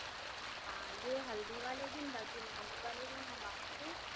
हाँ ये हल्दी वाले दिन बाँकी मेहंदी वाले दिन हम आपको